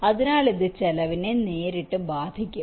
അതിനാൽ ഇത് ചെലവിനെ നേരിട്ട് ബാധിക്കും